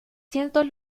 cientos